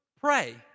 Pray